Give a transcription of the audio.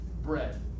bread